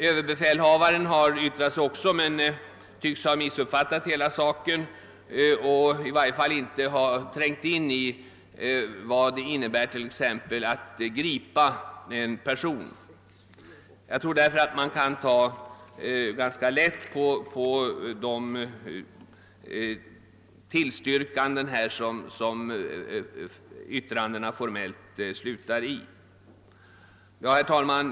Överbefälhavaren har också yttrat sig, men han tycks ha missuppfattat hela saken — i varje fall har han inte trängt in i vad det t.ex. innebär att gripa en person. Jag tror därför att man kan ta ganska lätt på de tillstyrkanden som yttrandena formellt slutar i. Herr talman!